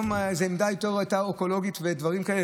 יותר אקולוגית ודברים כאלה,